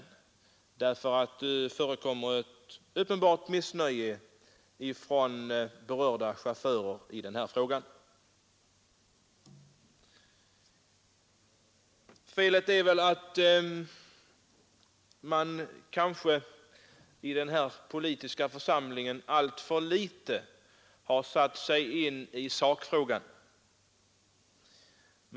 Det råder nämligen ett uppenbart missnöje hos berörda chaufförer i denna fråga. Felet är kanske att man i denna politiska församling alltför litet har satt sig in i sakfrågan.